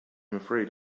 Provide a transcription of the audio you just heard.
afraid